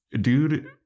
dude